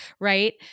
right